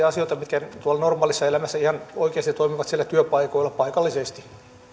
asioita mitkä normaalissa elämässä ihan oikeasti toimivat siellä työpaikoilla paikallisesti